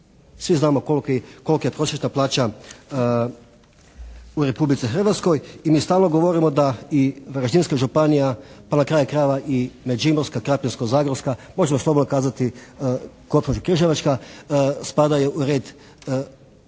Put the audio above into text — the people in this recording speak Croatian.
Svi znamo kolika je prosječna plaća u Republici Hrvatskoj. I mi stalno govorimo da i Varaždinska županija pa na kraju krajeva i Međimurska, Krapinsko-zagorsko možemo slobodno kazati Koprivničko-Križevačka spadaju u red